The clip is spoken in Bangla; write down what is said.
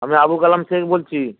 আমি আবুকালাম শেক বলছি